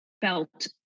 felt